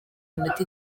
iminota